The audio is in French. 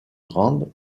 grandes